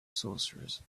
sorcerers